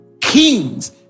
kings